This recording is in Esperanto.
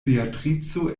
beatrico